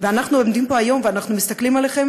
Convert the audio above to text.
אנחנו עומדים פה היום ואנחנו מסתכלים עליכם